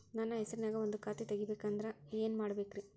ನನ್ನ ಹೆಸರನ್ಯಾಗ ಒಂದು ಖಾತೆ ತೆಗಿಬೇಕ ಅಂದ್ರ ಏನ್ ಮಾಡಬೇಕ್ರಿ?